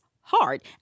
hard